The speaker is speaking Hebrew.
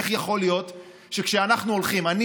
איך יכול להיות שכשאנחנו הולכים לכנס המרכז באוניברסיטת חיפה,